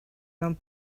mewn